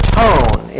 tone